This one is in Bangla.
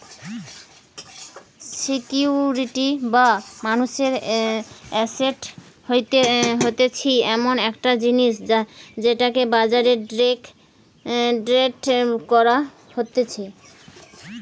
সিকিউরিটি বা মানুষের এসেট হতিছে এমন একটা জিনিস যেটাকে বাজারে ট্রেড করা যাতিছে